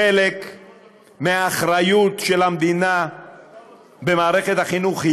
וחלק מהאחריות של המדינה במערכת החינוך הוא